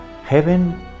Heaven